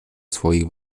swoich